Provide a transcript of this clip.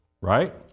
Right